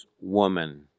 woman